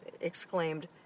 exclaimed